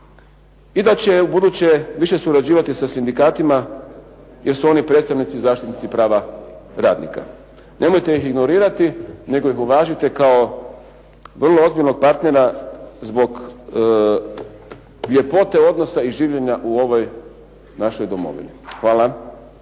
i da će ubuduće više surađivati sa sindikatima jer su oni predstavnici i zaštitnici prava radnika. Nemojte ih ignorirati nego ih uvažite kao vrlo ozbiljnog partnera zbog ljepote odnosa i življenja u ovoj našoj domovini. Hvala.